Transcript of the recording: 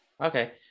Okay